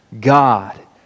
God